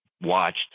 watched